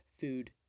food